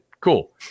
Cool